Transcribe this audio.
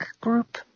group